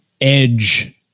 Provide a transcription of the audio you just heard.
edge